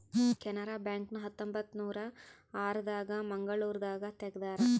Canara bank ನ ಹತ್ತೊಂಬತ್ತನೂರ ಆರ ದಾಗ ಮಂಗಳೂರು ದಾಗ ತೆಗ್ದಾರ